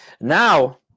Now